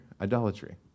Idolatry